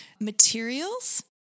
materials